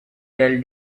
tell